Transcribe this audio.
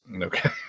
Okay